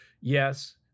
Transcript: yes